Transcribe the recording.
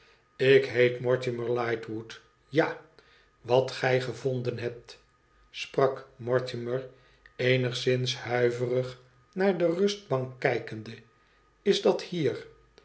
dc heet mortimer lightwooc ja wat gij gevonden hebt sprak mortoner eenigzins huiverig naar de rustbank kijkende is dat hier